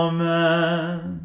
Amen